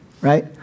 Right